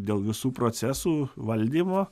dėl visų procesų valdymo